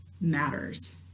matters